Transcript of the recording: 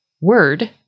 word